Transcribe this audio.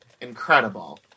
incredible